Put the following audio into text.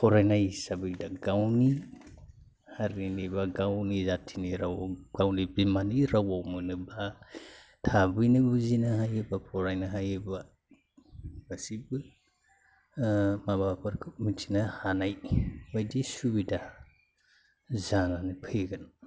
फरायनाय हिसाबै दा गावनि हारिनि एबा गावनि जाथिनि राव गावनि बिमानि रावआव मोनोब्ला थाबैनो बुजिनो हायो बा फरायनो हायो बा गासैबो माबाफोरखौ मिनथिनो हानाय बायदि सुबिदा जानानै फैगोन